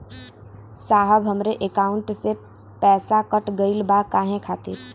साहब हमरे एकाउंट से पैसाकट गईल बा काहे खातिर?